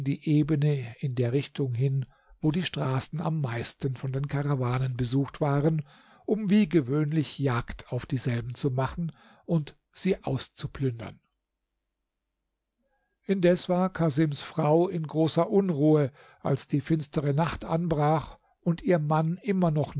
die ebene in der richtung hin wo die straßen am meisten von den karawanen besucht waren um wie gewöhnlich jagd auf dieselben zu machen und sie auszuplündern indes war casims frau in großer unruhe als die finstere nacht anbrach und ihr mann immer noch